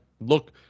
look